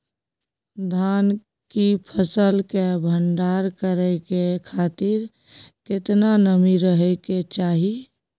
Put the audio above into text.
धान की फसल के भंडार करै के खातिर केतना नमी रहै के चाही?